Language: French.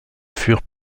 furent